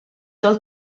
del